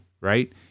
right